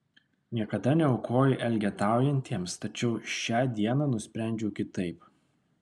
niekada neaukoju elgetaujantiems tačiau šią dieną nusprendžiau kitaip